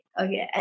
Okay